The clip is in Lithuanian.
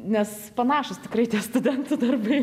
nes panašūs tikrai studentų darbai